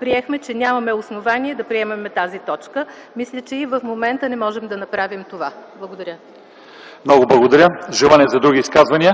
приехме, че нямаме основание да приемем тази точка. Мисля, че и в момента не можем да направим това. Благодаря. ПРЕДСЕДАТЕЛ ЛЪЧЕЗАР ИВАНОВ: Много благодаря. Желания за други изказвания?